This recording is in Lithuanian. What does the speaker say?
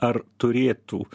ar turėtų